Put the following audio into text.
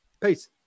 Peace